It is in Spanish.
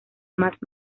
más